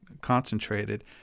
concentrated